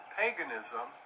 paganism